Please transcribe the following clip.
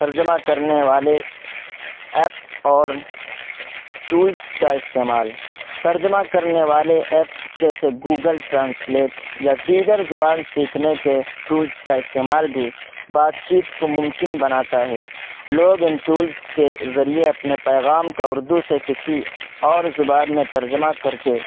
ترجمہ کرنے والے ایپس اور ٹولس کا استعمال ترجمہ کرنے والے ایپس جیسے گوگل ٹرانسلیٹ یا دیگر زبان سیکھنے کے ٹولس کا استعمال بھی بات چیت کو ممکن بناتا ہے لوگ ان ٹولس کے ذریعے اپنے پیغام کا اردو سے کسی اور زبان میں ترجمہ کر کے